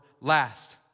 last